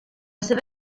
seva